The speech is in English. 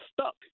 stuck